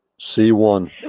C1